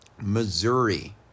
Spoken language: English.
Missouri